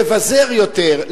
לבזר יותר,